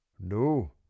No